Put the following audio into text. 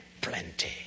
plenty